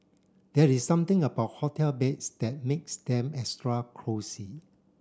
there is something about hotel beds that makes them extra cosy